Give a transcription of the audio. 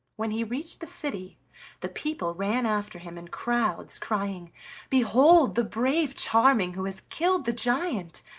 when he reached the city the people ran after him in crowds, crying behold the brave charming, who has killed the giant!